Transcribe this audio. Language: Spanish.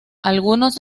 algunos